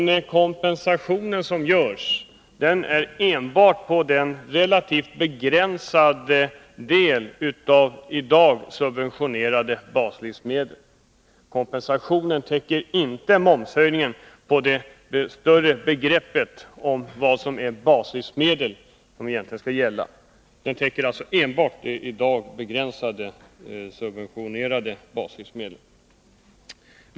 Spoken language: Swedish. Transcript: Kompensationen avser enbart en relativt begränsad del av i dag subventionerade baslivsmedel. Den täcker således inte momshöjningen på alla s.k. baslivsmedel. Vpk:s förslag däremot tar hänsyn till hela sortimentet av baslivsmedel.